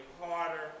harder